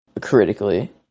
critically